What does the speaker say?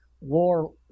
war